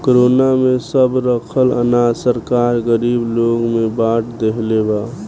corona में सब रखल अनाज सरकार गरीब लोग के बाट देहले बा